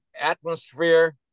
atmosphere